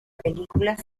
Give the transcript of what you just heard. películas